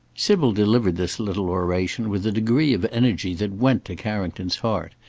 sybil delivered this little oration with a degree of energy that went to carrington's heart.